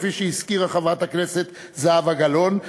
כפי שהזכירה חברת הכנסת זהבה גלאון,